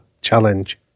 challenge